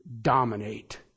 dominate